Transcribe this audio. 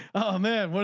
oh man.